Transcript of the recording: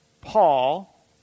Paul